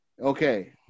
Okay